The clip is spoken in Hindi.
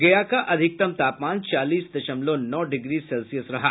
गया का अधिकतम तापमान चालीस दशमलव नौ डिग्री रहा